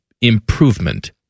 improvement